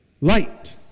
light